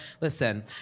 Listen